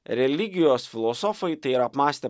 religijos filosofai tai yra apmąstę